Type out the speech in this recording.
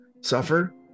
suffer